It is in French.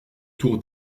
tour